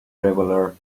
traveller